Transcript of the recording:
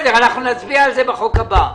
נצביע על זה בחוק הבא.